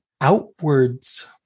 outwards